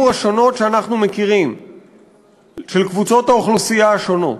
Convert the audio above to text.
השונות שאנחנו מכירים בקבוצות האוכלוסייה השונות.